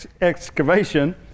excavation